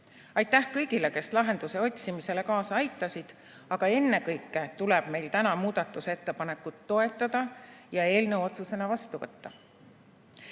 leida. Aitäh kõigile, kes lahenduse otsimisele kaasa aitasid! Aga ennekõike tuleb meil täna muudatusettepanekut toetada ja eelnõu otsusena vastu võtta.